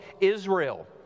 Israel